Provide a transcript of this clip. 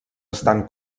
estan